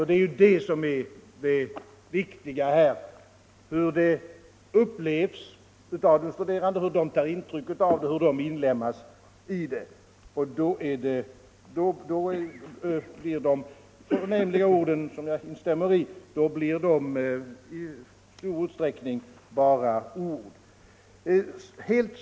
Det viktiga här är ju hur det upplevs av de studerande, vilka intryck de tar av det, hur de inlemmas i det och om det blir på ett bra sätt. I annat fall blir ju de förnämliga orden — som jag instämmer i — bara ord.